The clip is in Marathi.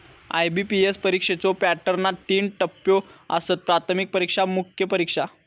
आय.बी.पी.एस परीक्षेच्यो पॅटर्नात तीन टप्पो आसत, प्राथमिक परीक्षा, मुख्य परीक्षा